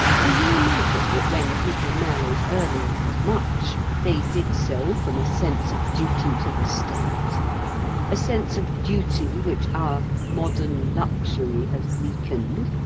do you imagine that when people married early and much they did so from a sense of duty to the state a sense of duty which our modern luxury has weakened?